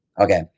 Okay